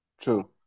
True